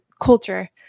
culture